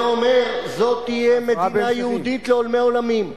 שאומר: זאת תהיה מדינה יהודית לעולמי עולמים,